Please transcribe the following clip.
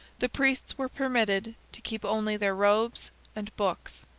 the priests were permitted to keep only their robes and books.